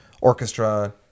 orchestra